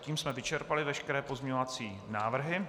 Tím jsme vyčerpali veškeré pozměňovací návrhy.